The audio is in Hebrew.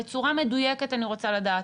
בצורה מדויקת אני רוצה לדעת,